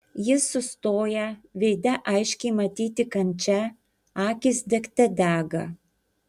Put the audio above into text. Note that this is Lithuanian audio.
jis sustoja veide aiškiai matyti kančia akys degte dega